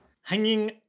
hanging